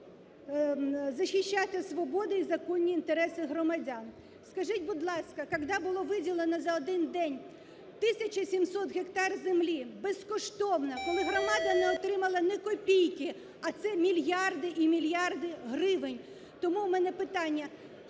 захищати свободи і законні інтереси громадян. Скажіть, будь ласка, когда було виділено за один день тисяча сімсот гектарів землі безкоштовно, коли громада не отримала ні копійки, а це мільярді і мільярди гривень, тому у мене питання,